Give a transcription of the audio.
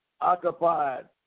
occupied